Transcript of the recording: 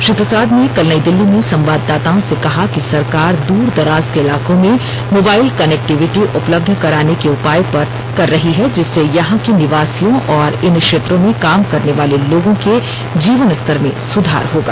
श्री प्रसाद ने कल नई दिल्ली में संवाददाताओं से कहा कि सरकार दूर दराज के इलाकों में मोबाइल कनेक्टिविटी उपलब्ध कराने के उपाय कर रही है जिससे यहां के निवासियों और इन क्षेत्रों में काम करने वाले लोगों के जीवनस्तर में सुधार होगा